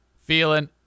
feeling